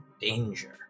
danger